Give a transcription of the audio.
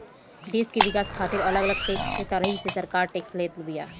देस के विकास खातिर अलग अलग तरही से सरकार टेक्स लेत बिया